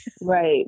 Right